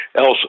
else